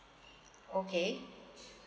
okay